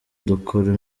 dukora